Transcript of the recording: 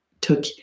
took